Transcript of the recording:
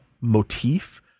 motif